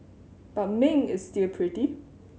but Ming is still pretty